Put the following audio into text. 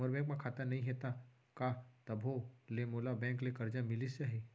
मोर bank म खाता नई हे त का तभो ले मोला बैंक ले करजा मिलिस जाही?